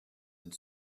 had